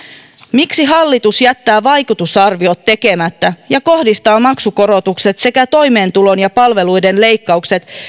miksi hallitus jättää vaikutusarviot tekemättä ja kohdistaa maksukorotukset sekä toimeentulon ja palveluiden leikkaukset